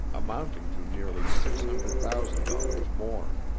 amounting to nearly six hundred thousand dollars more.